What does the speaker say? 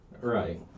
Right